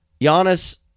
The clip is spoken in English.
Giannis